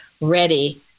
ready